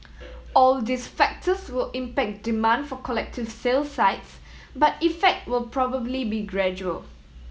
all these factors will impact demand for collective sale sites but effect will probably be gradual